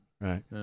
Right